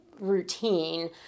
routine